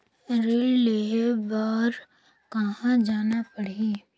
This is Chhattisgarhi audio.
ऋण लेहे बार कहा जाना पड़ही?